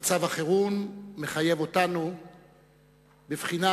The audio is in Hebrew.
הביטחון הוא לא משחק פוליטי,